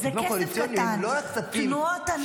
אבל רק לסבר את האוזן,